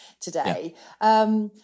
today